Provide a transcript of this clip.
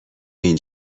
این